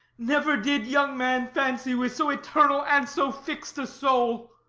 never did young man fancy with so eternal and so fix'd a soul.